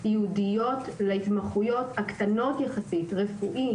ייעודיות להתמחויות הקטנות יחסית רפואי,